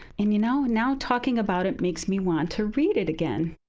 and you know, now talking about it makes me want to read it again.